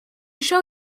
show